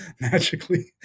magically